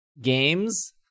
games